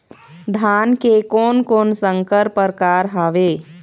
धान के कोन कोन संकर परकार हावे?